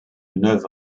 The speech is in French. neuf